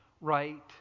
right